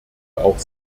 auch